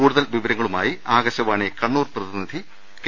കൂടുതൽ വിവരങ്ങളുമായി ആകാശ വാണി കണ്ണൂർ പ്രതിനിധി കെ